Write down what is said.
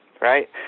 right